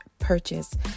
purchase